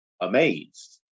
amazed